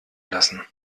lassen